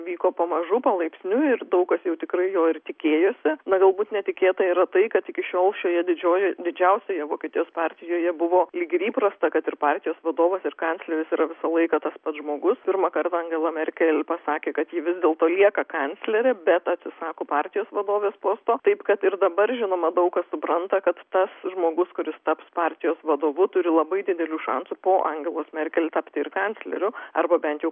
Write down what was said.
vyko pamažu palaipsniui ir daug kas jau tikrai jo ir tikėjosi na galbūt netikėta yra tai kad iki šiol šioje didžiojoj didžiausioje vokietijos partijoje buvo lyg ir įprasta kad ir partijos vadovas ir kancleris yra visą laiką tas pats žmogus pirmąkart angela merkel pasakė kad ji vis dėlto lieka kanclerė bet atsisako partijos vadovės posto taip kad ir dabar žinoma daug kas supranta kad tas žmogus kuris taps partijos vadovu turi labai didelių šansų po angelos merkel tapti ir kancleriu arba bent jau